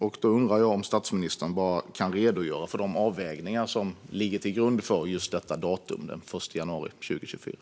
Jag undrar om statsministern kan redogöra för de avvägningar som ligger till grund för just detta datum, den 1 januari 2024.